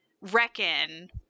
reckon